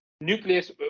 Nucleus